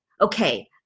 Okay